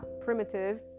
primitive